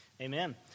Amen